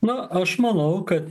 na aš manau kad